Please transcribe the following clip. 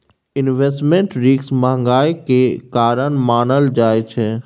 investment risk महंगाई केर कारण मानल जाइ छै